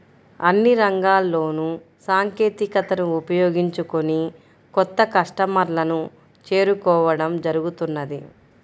అన్ని రంగాల్లోనూ సాంకేతికతను ఉపయోగించుకొని కొత్త కస్టమర్లను చేరుకోవడం జరుగుతున్నది